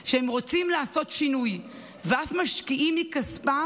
שרוצים לעשות שינוי ואף משקיעים מכספם,